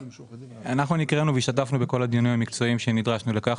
אנחנו נקראנו והשתתפנו בכל הדיונים המקצועיים שנדרשנו לכך.